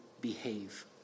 behave